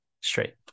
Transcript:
Straight